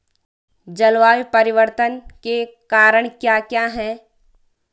जलवायु परिवर्तन के कारण क्या क्या हैं?